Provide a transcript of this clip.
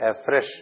afresh